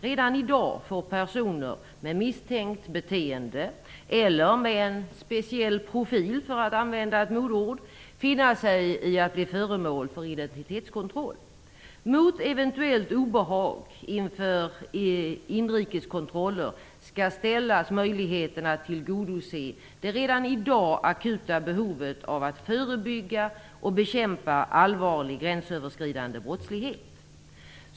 Redan i dag får personer med misstänkt beteende eller med en speciell profil - för att använda ett modeord - finna sig i att bli föremål för identitetskontroll. Mot eventuellt obehag inför inrikeskontroller skall ställas möjligheten att tillgodose det redan i dag akuta behovet av att förebygga och bekämpa allvarlig gränsöverskridande brottslighet.